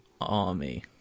army